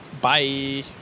Bye